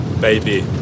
baby